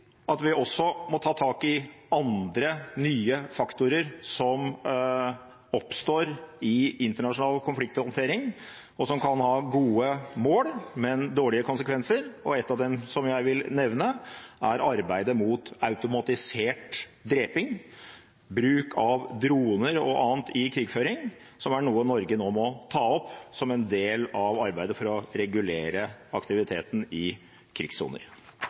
at vi også må ta tak i andre nye faktorer som oppstår i internasjonal konflikthåndtering, og som kan ha gode mål, men dårlige konsekvenser. Ett av dem, som jeg vil nevne, er arbeidet mot automatisert dreping, bruk av droner og annet i krigføring, som er noe Norge nå må ta opp som en del av arbeidet for å regulere aktiviteten i krigssoner.